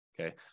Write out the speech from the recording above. okay